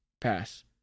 pass